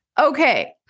Okay